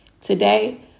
Today